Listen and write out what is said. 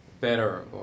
better